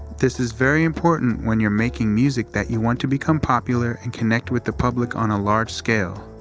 this is very important when you're making music that you want to become popular and connect with the public on a large scale.